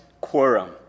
Quorum